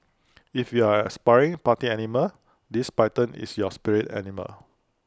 if you're an aspiring party animal this python is your spirit animal